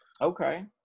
Okay